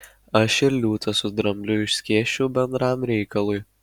aš ir liūtą su drambliu išskėsčiau bendram reikalui